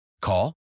Call